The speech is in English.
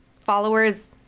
followers